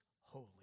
holy